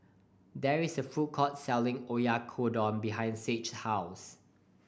there is a food court selling Oyakodon behind Sage house